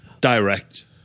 Direct